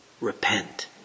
repent